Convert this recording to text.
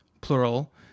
plural